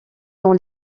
dans